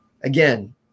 again